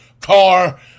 car